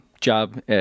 job